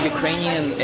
Ukrainian